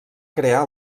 crear